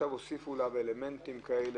רק הוסיפו לו אלמנטים אחרים.